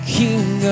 king